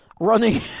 running